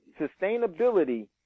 sustainability